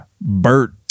Bert